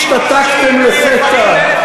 השתתקתם לפתע.